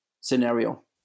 scenario